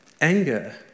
Anger